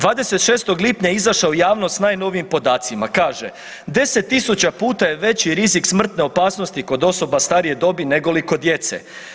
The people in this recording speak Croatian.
26. lipnja izašao je u javnost s najnovijim podacima, kaže 10.000 puta je veći rizik smrtne opasnosti kod osoba starije dobi negoli kod djece.